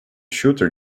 shooter